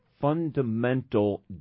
fundamental